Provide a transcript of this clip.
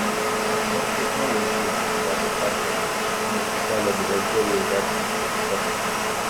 nuspręsta iš naujo išklausyti darbo partijos neoficialią buhalteriją įvertinusio eksperto